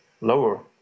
lower